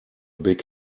big